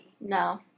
no